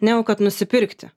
negu kad nusipirkti